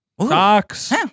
socks